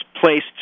placed